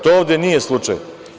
To ovde nije slučaj.